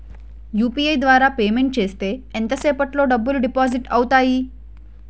UPI ద్వారా payment చేస్తే ఎంత సేపటిలో డబ్బులు డిపాజిట్ అవుతాయి?